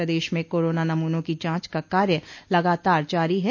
प्रदेश में कोरोना नमूनों की जांच का कार्य लगातार जारी है